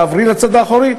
תעברי לצד האחורי,